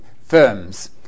firms